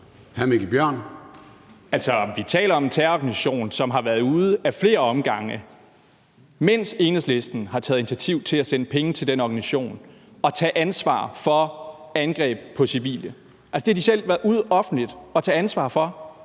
vi taler om en terrororganisation, som har været ude ad flere omgange, mens Enhedslisten har taget initiativ til at sende penge til den organisation, og tage ansvar for angreb på civile. Det har de selv været ude at tage ansvar for